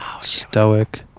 stoic